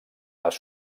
les